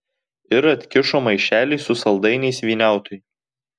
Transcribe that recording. ir atkišo maišelį su saldainiais vyniautui